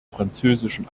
französischen